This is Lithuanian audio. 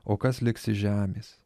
o kas liks iš žemės